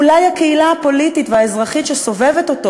אולי הקהילה הפוליטית והאזרחית שסובבת אותו